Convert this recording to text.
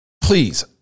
please